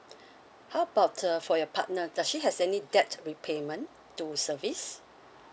how about uh for your partner does she has any debt repayment to service